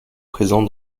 présents